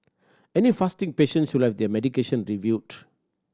any fasting patient should let their medication reviewed